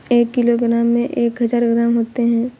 एक किलोग्राम में एक हजार ग्राम होते हैं